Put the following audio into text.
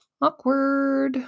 Awkward